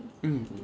mm